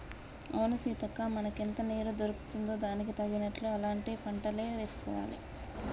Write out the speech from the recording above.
అవును సీతక్క మనకెంత నీరు దొరుకుతుందో దానికి తగినట్లు అలాంటి పంటలే వేసుకోవాలి